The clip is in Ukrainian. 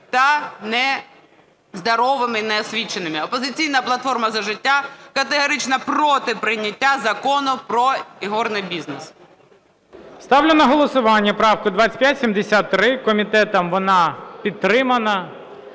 та нездоровими і неосвіченими. "Опозиційна платформа – За життя" категорично проти прийняття Закону про ігорний бізнес. ГОЛОВУЮЧИЙ. Ставлю на голосування правку 2573. Комітетом вона підтримана.